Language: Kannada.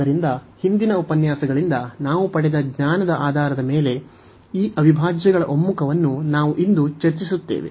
ಆದ್ದರಿಂದ ಹಿಂದಿನ ಉಪನ್ಯಾಸಗಳಿಂದ ನಾವು ಪಡೆದ ಜ್ಞಾನದ ಆಧಾರದ ಮೇಲೆ ಈ ಅವಿಭಾಜ್ಯಗಳ ಒಮ್ಮುಖವನ್ನು ನಾವು ಇಂದು ಚರ್ಚಿಸುತ್ತೇವೆ